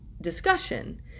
discussion